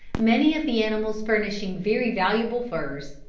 many of the animals furnishing very valuable furs.